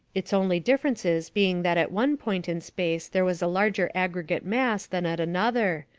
its only differences being that at one point in space there was a larger aggregate mass than at another,